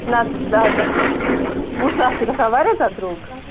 نہَ دَہ وُہ ساس چھِ گَژھان واریاہ زیادٕ درٛۅگ